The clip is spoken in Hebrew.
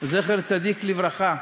זכר צדיק לברכה,